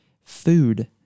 Food